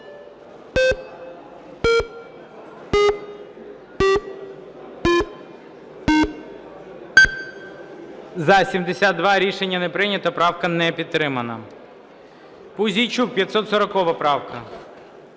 За-72 Рішення не прийнято. Правка не підтримана. Пузійчук, 540 правка.